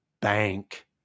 bank